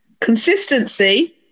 Consistency